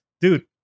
Dude